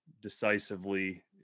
decisively